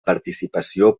participació